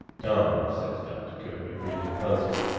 tom, says doctor kirby, really puzzled,